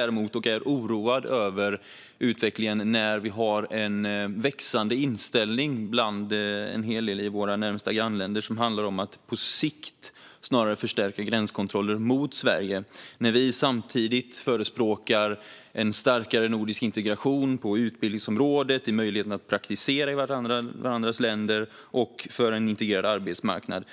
Däremot är jag oroad över utvecklingen med en framväxande inställning bland en hel del personer i våra närmaste grannländer som handlar om att på sikt snarare förstärka gränskontrollerna mot Sverige när vi samtidigt förespråkar en starkare nordisk integration på utbildningsområdet, när det gäller möjligheten att praktisera i varandras länder samt när det gäller en integrerad arbetsmarknad.